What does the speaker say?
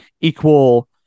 equal